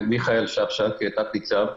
שפשק, תת ניצב.